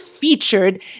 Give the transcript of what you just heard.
featured